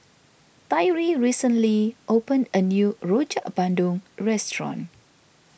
Tyree recently opened a new Rojak Bandung restaurant